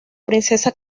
princesa